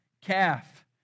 calf